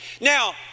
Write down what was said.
Now